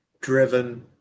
driven